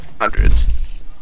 Hundreds